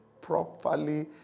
properly